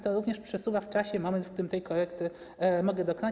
To również przesuwa w czasie moment, w którym tej korekty mogę dokonać.